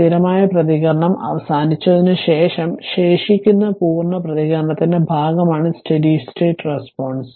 സ്ഥിരമായ പ്രതികരണം അവസാനിച്ചതിനുശേഷം ശേഷിക്കുന്ന പൂർണ്ണ പ്രതികരണത്തിന്റെ ഭാഗമാണ് സ്റ്റെഡി സ്റ്റേറ്റ് റെസ്പോൺസ്